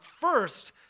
first